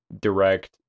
direct